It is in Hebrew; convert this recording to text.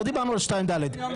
לא דיברנו על 2(ד),